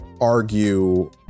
argue